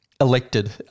elected